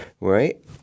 right